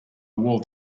wall